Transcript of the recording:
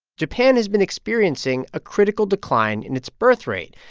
japan has been experiencing a critical decline in its birthrate,